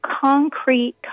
concrete